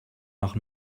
nach